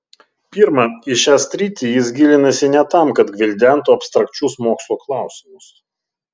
pirma į šią sritį jis gilinasi ne tam kad gvildentų abstrakčius mokslo klausimus